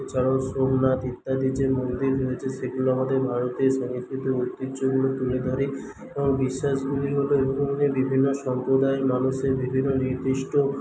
সোমনাথ ইত্যাদি যে মন্দির রয়েছে সেগুলো আমাদের ভারতের সাংস্কৃতিক ঐতিহ্যগুলো তুলে ধরে ও বিশ্বাসগুলি বিভিন্ন সম্প্রদায়ের মানুষের বিভিন্ন নির্দিষ্ট